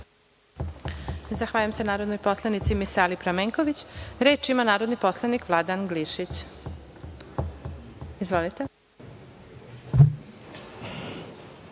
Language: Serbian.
Zahvaljujem se narodnoj poslanici Misali Pramenković. Reč ima narodni poslanik, Vladan Glišić. Izvolite.